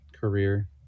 career